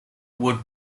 would